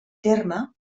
terme